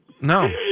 no